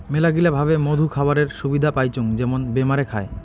মেলাগিলা ভাবে মধু খাবারের সুবিধা পাইচুঙ যেমন বেমারে খায়